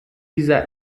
dieser